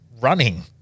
running